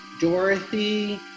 Dorothy